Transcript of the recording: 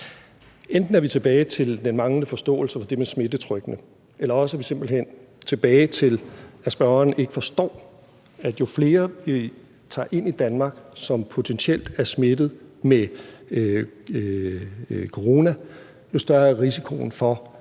Enten er vi tilbage til den manglende forståelse for det med smittetrykkene, eller også er vi simpelt hen tilbage til, at spørgeren ikke forstår, at jo flere vi tager ind i Danmark, som potentielt er smittet med corona, jo større er risikoen for, at der sættes